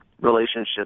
relationship